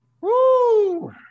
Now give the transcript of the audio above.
Woo